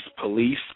police